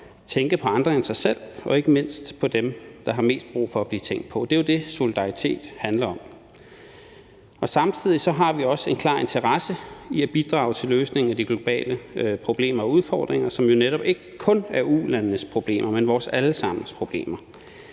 tænke på andre end os selv og ikke mindst på dem, der har mest brug for at blive tænkt på. Det er jo det, solidaritet handler om. Vi har samtidig en klar interesse i at bidrage til løsningen af de globale problemer og udfordringer, som jo netop ikke kun er ulandenes problemer, men vores alle sammens problemer.